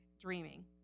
dreaming